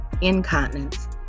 incontinence